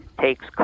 takes